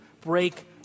break